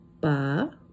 Ba